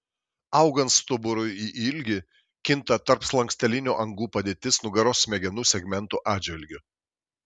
augant stuburui į ilgį kinta tarpslankstelinių angų padėtis nugaros smegenų segmentų atžvilgiu